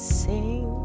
sing